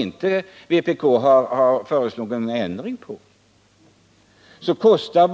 Vpk har inte föreslagit någon ändring av anslaget.